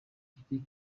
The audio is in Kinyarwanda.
giti